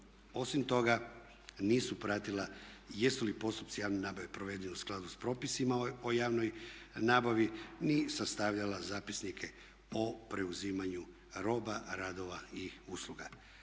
Osim toga nisu pratila jesu li postupci javne nabave provedeni u skladu sa propisima o javnoj nabavi ni sastavljala zapisnike o preuzimanju roba, radova i usluga.